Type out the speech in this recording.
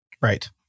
Right